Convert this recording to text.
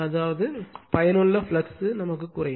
அதாவது பயனுள்ள ஃப்ளக்ஸ் குறையும்